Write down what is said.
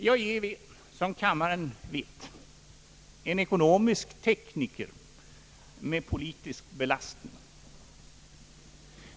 Jag är som kammaren vet en ekonomisk tekniker med politisk belastning.